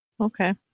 Okay